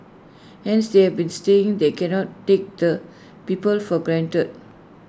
hence they have been saying they cannot take the people for granted